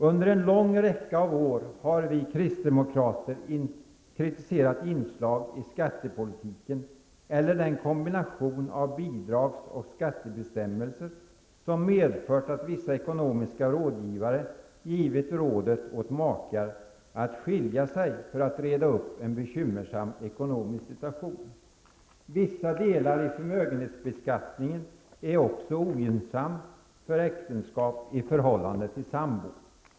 Under en lång räcka av år har vi kristdemokrater kritiserat inslag i skattepolitiken, eller den kombination av bidrags och skattebestämmelser som medfört att vissa ekonomiska rådgivare givit rådet åt makar att skilja sig för att reda upp en bekymmersam ekonomisk situation. Vissa delar i förmögenhetsbeskattningen är också ogynnsamma för äktenskap i förhållande till samboende.